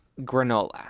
granola